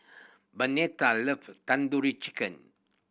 Bernetta love Tandoori Chicken